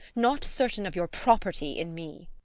not certain of your property in me!